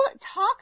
talk